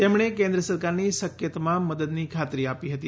તેમણે કેન્દ્ર સરકારની શક્ય તમામ મદદની ખાતરી આપી હતી